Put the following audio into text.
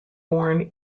born